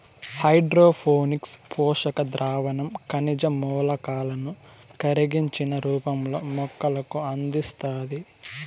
hydroponics పోషక ద్రావణం ఖనిజ మూలకాలను కరిగించిన రూపంలో మొక్కలకు అందిస్తాది